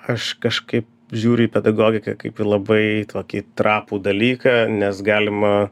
aš kažkaip žiūriu į pedagogiką kaip į labai tokį trapų dalyką nes galima